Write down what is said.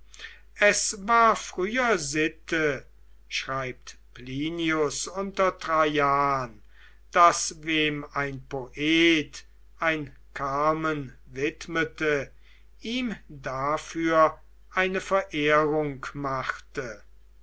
es war früher sitte schreibt manius unter traian daß wem ein poet ein carmen widmete ihm dafür eine verehrung machte